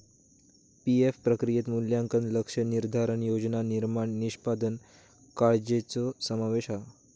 PF प्रक्रियेत मूल्यांकन, लक्ष्य निर्धारण, योजना निर्माण, निष्पादन काळ्जीचो समावेश हा